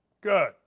Good